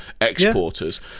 exporters